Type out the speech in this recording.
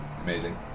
Amazing